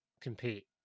compete